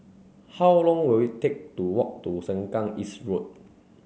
how long will it take to walk to Sengkang East Road